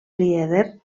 lieder